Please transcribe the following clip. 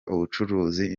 ubucuruzi